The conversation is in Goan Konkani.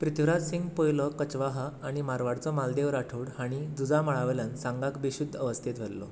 पृथ्वीराजसिंह पयलो कचवाहा आनी मारवाडचो मालदेव राठोड हांणी झुजा मळावेल्यान सांगाक बेशुध्द अवस्थेंत व्हेल्लो